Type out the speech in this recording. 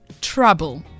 trouble